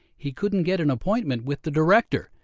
he couldn't get an appointment with the director.